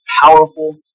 powerful